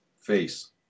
face